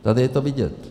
Tady je to vidět.